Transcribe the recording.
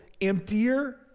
emptier